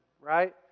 right